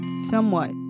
somewhat